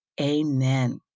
Amen